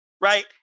right